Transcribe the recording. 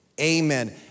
Amen